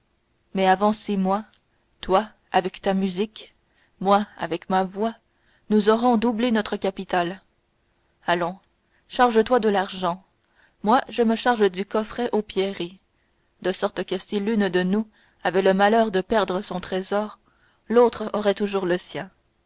mais avant six mois toi avec ta musique moi avec ma voix nous aurons doublé notre capital allons charge-toi de l'argent moi je me charge du coffret aux pierreries de sorte que si l'une de nous avait le malheur de perdre son trésor l'autre aurait toujours le sien